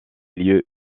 lieux